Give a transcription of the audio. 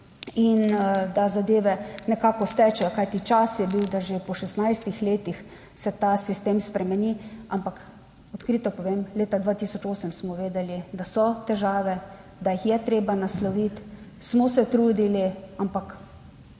in da zadeve nekako stečejo, kajti čas je bil, da se po 16 letih ta sistem spremeni. Ampak odkrito povem, leta 2008 smo vedeli, da so težave, da jih je treba nasloviti, smo se trudili, ampak